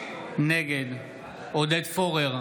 נגד עודד פורר,